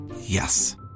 Yes